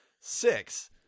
Six